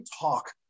talk